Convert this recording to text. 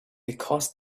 because